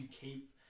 keep